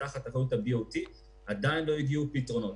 תחת אחריות ה-BOT עוד לא הגיעו פתרונות.